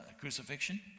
crucifixion